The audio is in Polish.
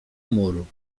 muru